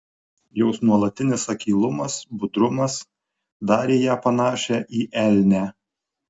jos nuolatinis akylumas budrumas darė ją panašią į elnę